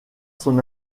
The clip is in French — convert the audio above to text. son